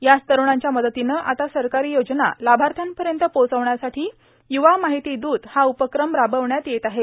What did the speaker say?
याच तरुणांच्या मदतीनं आता सरकारां योजना लाभाथ्यापयंत पोहोचवण्यासाठां युवा मार्ाहती दूत हा उपक्रम राबवण्यात येत आहे